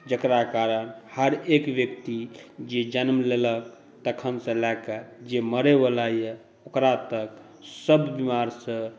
जेकरा कारण हर एक व्यक्ति जे जन्म लेलक तखन से लए कऽ जे मरै वाला यऽ ओकरा तक सभ बीमारीसँ